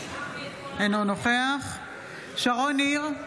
אינו נוכח שרון ניר,